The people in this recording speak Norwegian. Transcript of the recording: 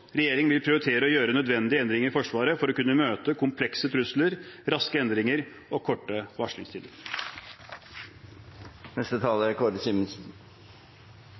regjeringen vil prioritere å gjøre nødvendige endringer i Forsvaret for å kunne møte komplekse trusler, raske endringer og korte